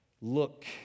look